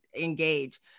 engage